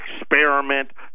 experiment